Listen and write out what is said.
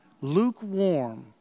lukewarm